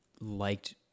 liked